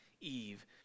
Eve